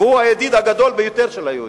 והוא הידיד הגדול ביותר של היהודים,